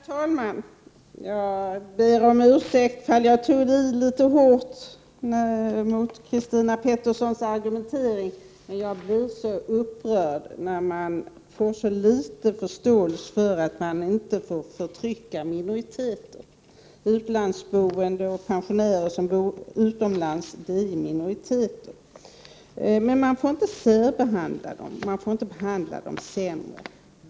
Herr talman! Jag ber om ursäkt för att jag tog i litet hårt mot Christina Petterssons argumentering, men jag blev upprörd över att man hyser så liten förståelse för att vi inte får förtrycka minoriteter. Pensionärer som bor utomlands och andra utlandssvenskar är ju minoriteter, men man får därför inte särbehandla dem och behandla dem sämre.